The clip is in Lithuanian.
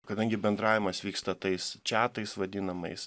kadangi bendravimas vyksta tais čiatais vadinamais